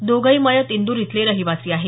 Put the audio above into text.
दोघंही मयत इंदूर इथले रहिवासी आहेत